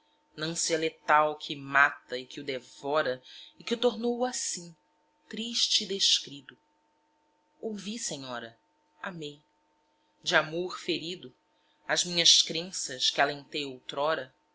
sestertora nânsia letal que mata e que o devora e que tornou o assim triste e descrido ouvi senhora amei de amor ferido as minhas crenças que alentei outrora